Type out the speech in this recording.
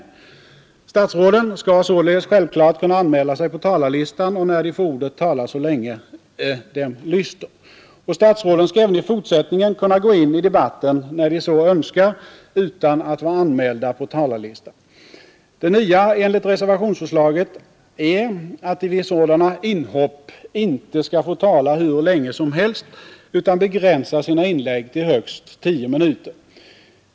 Statsråden skall således självklart kunna anmäla sig på talarlistan och när de får ordet tala så länge dem lyster, och statsråden skall även i fortsättningen kunna gå in i debatterna när de så önskar utan att vara anmälda på talarlistan. Det nya enligt reservationsförslaget är att de vid sådana inhopp inte skall få tala hur länge som helst utan begränsa sina inlägg till högst tio minuter.